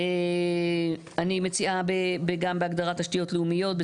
אני מציעה גם בהגדרת תשתיות לאומיות,